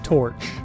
Torch